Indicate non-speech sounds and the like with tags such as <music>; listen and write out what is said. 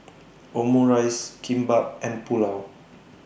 <noise> Omurice Kimbap and Pulao